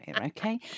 Okay